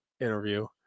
interview